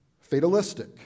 fatalistic